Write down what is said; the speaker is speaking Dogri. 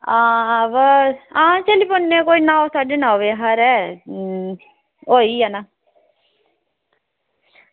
आं ते चली पौने आं कोई नौ साढ़े नौ बजे हारे आं होई जाना